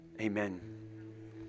Amen